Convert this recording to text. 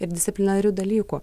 ir disciplinarių dalykų